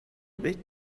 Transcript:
эбит